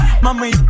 Mami